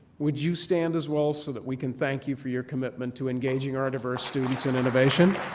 would you stand as well so that we can thank you for your commitment to engaging our diverse students in innovation?